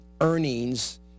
earnings